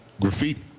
graffiti